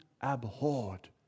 abhorred